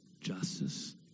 justice